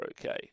okay